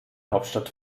hauptstadt